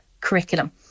curriculum